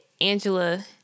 Angela